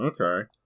Okay